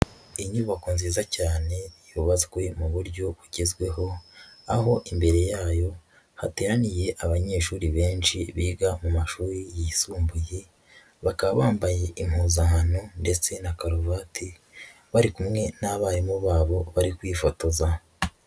Inyubako nziza cyane yubatswe mu buryo bugezweho, aho imbere yayo hateraniye abanyeshuri benshi biga mu mashuri yisumbuye, bakaba bambaye impuzankano ndetse na karuvati, bari kumwe n'abarimu babo bari kwifotoza.